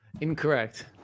Incorrect